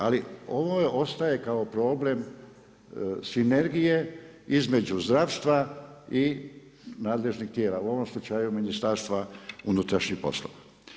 Ali ovo ostaje kao problem sinergije između zdravstva i nadležnih tijela, u ovom slučaju Ministarstva unutrašnjih poslova.